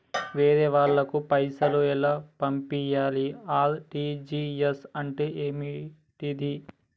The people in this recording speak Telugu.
వేరే వాళ్ళకు పైసలు ఎలా పంపియ్యాలి? ఆర్.టి.జి.ఎస్ అంటే ఏంటిది?